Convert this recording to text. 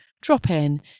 drop-in